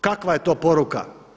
Kakva je to poruka?